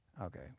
okay